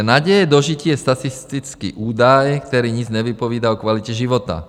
Naděje dožití je statistický údaj, který nic nevypovídá o kvalitě života.